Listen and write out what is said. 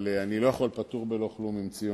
אבל אני לא יכול בפטור בלא כלום עם ציון,